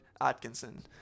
Atkinson